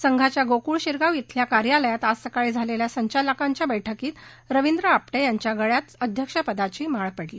संघाच्या गोक्ळ शिरगाव धिल्या कार्यालयात आज सकाळी झालेल्या संचालकांच्या बैठकीत रविंद्र आपटे यांच्या गळ्यात अध्यक्षपदाची माळ पडली